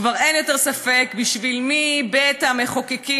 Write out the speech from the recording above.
כבר אין יותר ספק בשביל מי בית המחוקקים